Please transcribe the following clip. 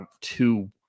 two